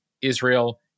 Israel